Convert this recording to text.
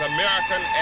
American